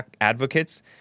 advocates